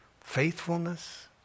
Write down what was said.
faithfulness